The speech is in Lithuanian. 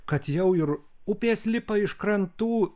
kad jau ir upės lipa iš krantų